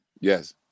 Yes